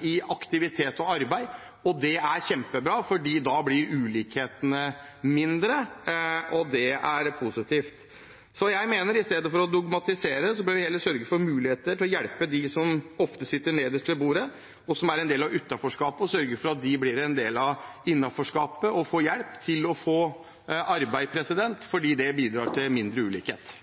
i aktivitet og i arbeid. Det er kjempebra, for da blir ulikhetene mindre, og det er positivt. Jeg mener at i stedet for å dogmatisere bør man heller sørge for muligheter til å hjelpe dem som ofte sitter nederst ved bordet, og som er en del av utenforskapet, og sørge for at de blir en del av innenforskapet og får hjelp til å få arbeid, for det bidrar til mindre ulikhet.